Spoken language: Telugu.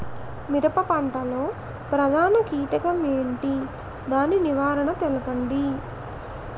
మిరప పంట లో ప్రధాన కీటకం ఏంటి? దాని నివారణ తెలపండి?